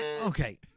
Okay